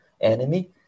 enemy